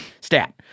Stat